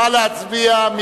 נא להצביע.